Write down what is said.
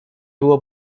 było